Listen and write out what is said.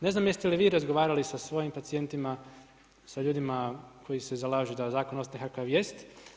Ne znam jeste li vi razgovarali sa svojim pacijentima, sa ljudima koji se zalažu da zakon ostane kakav jest.